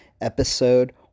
episode